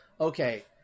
okay